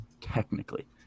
technically